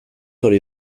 hori